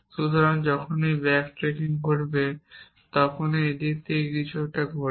সুতরাং যখনই backtracking ঘটবে তখনই এই একই দিকে ঘটবে